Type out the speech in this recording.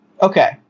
Okay